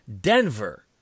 Denver